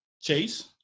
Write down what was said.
Chase